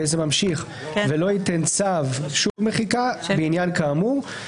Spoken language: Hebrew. וזה ממשיך: ולא ייתן צו שוב מחיקה בעניין כאמור.